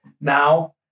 now